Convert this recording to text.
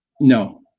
no